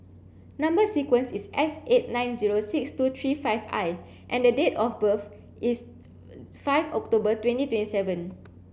number sequence is S eight nine zero six two three five I and date of birth is five October twenty twenty seven